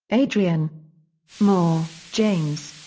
adrian moore, james.